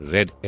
Red